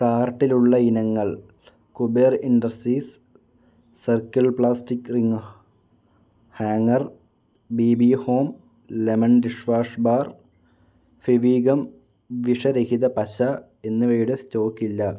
കാർട്ടിലുള്ള ഇനങ്ങൾ Kuber industries circle plastic ring hanger B B home lemon dishwash bar Fevigum വിഷരഹിത പശ എന്നിവയുടെ സ്റ്റോക്കില്ല